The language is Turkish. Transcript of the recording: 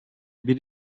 bir